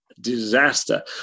disaster